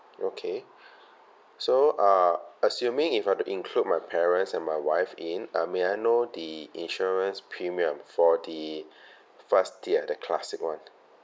okay so uh assuming if I were to include my parents and my wife in uh may I know the insurance premium for the first tier the classic [one]